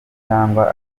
cyangwa